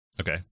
Okay